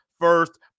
first